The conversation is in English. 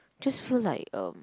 just feel like um